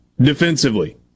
defensively